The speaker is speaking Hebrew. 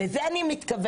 לזה אני מתכוונת.